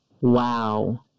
Wow